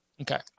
Okay